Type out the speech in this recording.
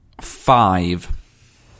Five